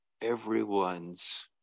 everyone's